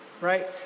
right